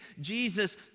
Jesus